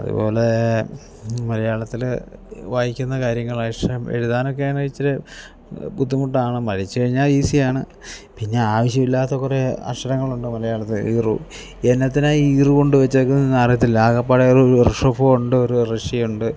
അതുപോലെ മലയാളത്തിൽ വായിക്കുന്ന കാര്യങ്ങൾ അക്ഷരം എഴുതാൻ ഒക്കെ ആണേൽ ഇച്ചിരെ ബുദ്ധിമുട്ടാണ് പഠിച്ച് കഴിഞ്ഞാൽ ഈസിയാണ് പിന്നെ ആവശ്യമില്ലാത്ത കുറേ അക്ഷരങ്ങളുണ്ട് മലയാളത്തിൽ ഋ എന്നത്തിനാണ് ഈ ഋ കൊണ്ട് വച്ചേക്കുന്നത് എന്നറിയത്തില്ല ആകപ്പാടെ ഒര് ഋഷഫും ഉണ്ട് ഒരു ഋഷി ഉണ്ട്